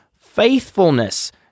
faithfulness